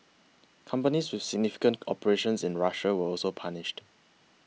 companies with significant operations in Russia were also punished